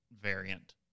variant